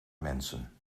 mensen